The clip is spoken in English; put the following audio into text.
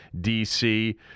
DC